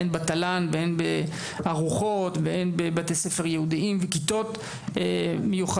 אן בתל"ן והן בארוחות והן בבתי ספר ייעודיים וכיתות מיוחדות.